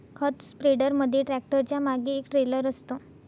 खत स्प्रेडर मध्ये ट्रॅक्टरच्या मागे एक ट्रेलर असतं